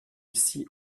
ici